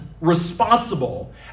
responsible